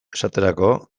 esaterako